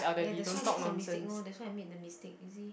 ya that's why that's the mistake no that's why I make the mistake you see